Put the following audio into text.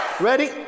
Ready